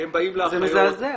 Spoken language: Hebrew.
זה מזעזע.